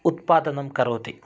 उत्पातनं करोति